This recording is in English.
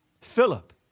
Philip